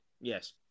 Yes